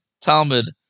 Talmud